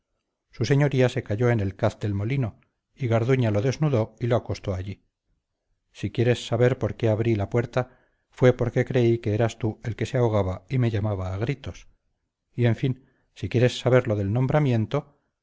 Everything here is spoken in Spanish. su señoría se cayó al caz del molino y garduña lo desnudó y lo acostó allí si quieres saber por qué abrí la puerta fue porque creí que eras tú el que se ahogaba y me llamaba a gritos y en fin si quieres saber lo del nombramiento